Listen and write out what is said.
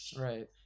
Right